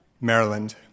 Maryland